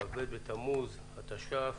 כ"ב בתמוז התש"ף,